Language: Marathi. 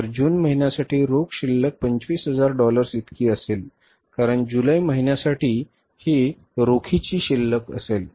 तर जून महिन्यासाठी रोख शिल्लक 25000 डॉलर्स इतकी असेल कारण जुलै महिन्यासाठी ही रोखीची शिल्लक असेल